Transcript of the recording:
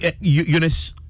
Eunice